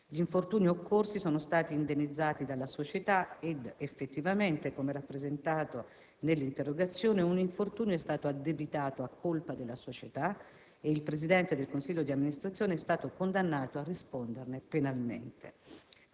Gli infortuni occorsi sono stati indennizzati dalla società ed, effettivamente, come rappresentato nell'interrogazione, un infortunio è stato addebitato a colpa della società ed il Presidente del consiglio d'amministrazione è stato condannato a risponderne penalmente.